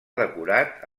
decorat